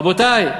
רבותי,